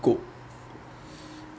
go